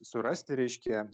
surasti reiškia